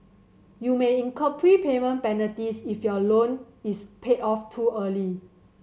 you may incur prepayment penalties if your loan is paid off too early